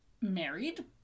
married